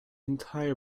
entire